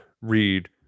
read